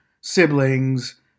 siblings